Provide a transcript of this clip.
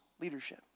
leadership